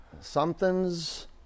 Something's